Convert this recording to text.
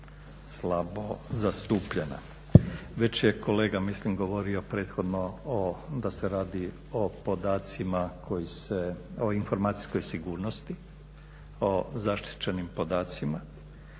slabo zastupljena. Već je kolega mislim govorio prethodno da se radi o podacima koji se, o informacijskoj sigurnosti, o zaštićenim podacima